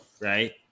right